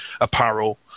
apparel